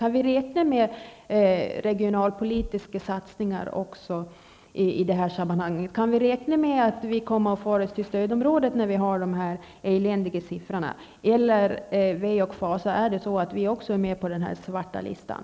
Kan vi räkna med regionalpolitiska satsningar även i det här sammanhanget? Kan vi räkna med att vi kommer att föras till stödområde när vi har dessa eländiga siffror, eller, ve och fasa, är vi också med på den här svarta listan?